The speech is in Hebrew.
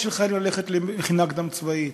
של חיילים ללכת למכינה קדם-צבאית,